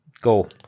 Go